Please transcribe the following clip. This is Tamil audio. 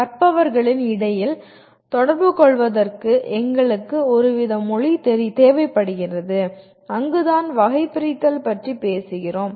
கற்பவர்களுக்கு இடையில் தொடர்புகொள்வதற்கு எங்களுக்கு ஒருவித மொழி தேவைப்படுகிறது அங்குதான் வகைபிரித்தல் பற்றி பேசுகிறோம்